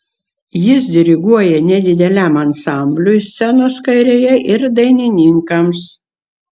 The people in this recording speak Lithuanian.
jis diriguoja nedideliam ansambliui scenos kairėje ir dainininkams